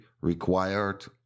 required